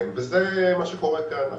זה מה שקורה כאן.